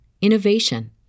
innovation